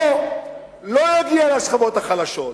לא יגיע לשכבות החלשות.